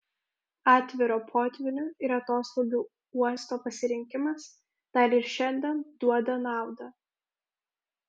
atviro potvynių ir atoslūgių uosto pasirinkimas dar ir šiandien duoda naudą